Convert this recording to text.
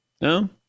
No